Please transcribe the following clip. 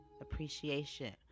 appreciation